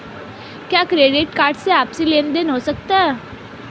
क्या credit card से आपसी लेनदेन हो सकता है?